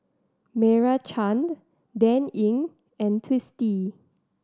Meira Chand Dan Ying and Twisstii